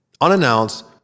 unannounced